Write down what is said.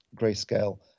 grayscale